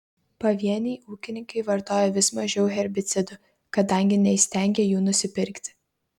pavieniai ūkininkai vartoja vis mažiau herbicidų kadangi neįstengia jų nusipirkti